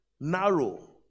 Narrow